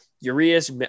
Urias